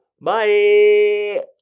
Bye